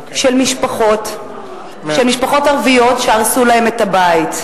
של משפחות ערביות שהרסו להן את הבית.